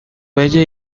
bella